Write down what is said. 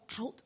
out